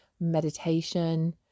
meditation